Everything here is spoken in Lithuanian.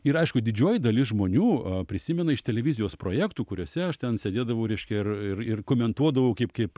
ir aišku didžioji dalis žmonių prisimena iš televizijos projektų kuriuose aš ten sėdėdavau reiškia ir ir ir komentuodavau kaip kaip